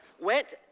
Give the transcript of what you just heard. went